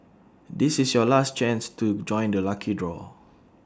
this is your last chance to join the lucky draw